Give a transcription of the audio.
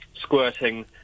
squirting